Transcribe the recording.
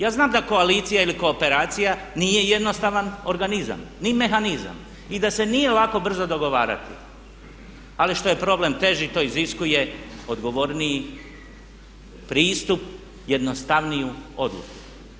Ja znam da koalicija ili kooperacija nije jednostavan organizam ni mehanizam i da se nije lako brzo dogovarati ali što je problem teži to iziskuje odgovorniji pristup, jednostavniju odluku.